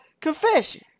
confession